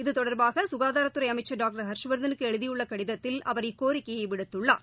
இதுதொடர்பாகசுகாதாரத் துறைஅமைச்சர் டாக்டர் ஹர்ஷ்வர்தலுக்குஎழுதியுள்ளகடிதத்தில் அவர் இக்கோரிக்கையைவிடுத்துள்ளார்